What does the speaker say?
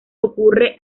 ocurre